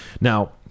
Now